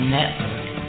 Network